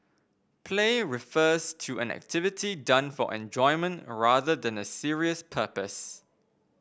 play refers to an activity done for enjoyment rather than a serious purpose